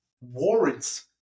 warrants